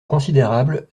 considérable